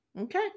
Okay